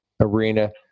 arena